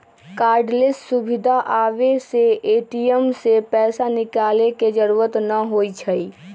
cardless सुविधा आबे से ए.टी.एम से पैसा निकाले के जरूरत न होई छई